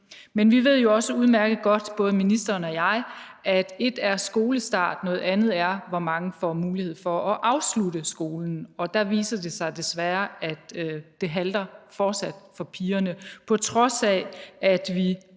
Men vi ved jo også udmærket godt, både ministeren og jeg, at ét er skolestart, noget andet er, hvor mange der får mulighed for at afslutte skolen, og der viser det sig desværre, at det fortsat halter for pigerne, på trods af at vi